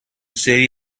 city